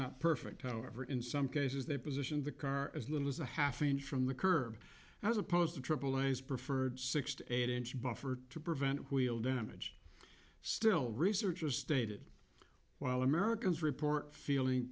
not perfect however in some cases they positioned the car as little as a half inch from the curb as opposed to triple a's preferred six to eight inch buffer to prevent wheel damage still researchers stated while americans report feeling